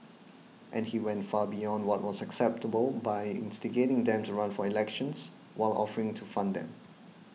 and he went far beyond what was acceptable by instigating them to run for elections while offering to fund them